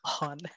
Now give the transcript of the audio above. on